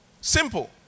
Simple